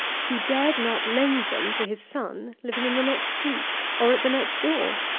he dared not lend them to his son, living in the next street, or at the next door?